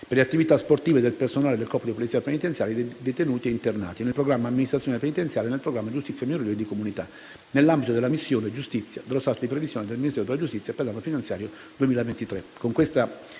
per le attività sportive del personale del corpo di polizia penitenziaria e dei detenuti e internati, nel programma «Amministrazione penitenziaria» e nel programma «Giustizia minorile e di comunità», nell'ambito della missione «Giustizia» dello stato di previsione del Ministero della giustizia per l'anno finanziario 2023.